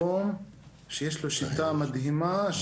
שיש לו שיטה מדהימה,